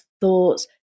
thoughts